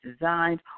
designed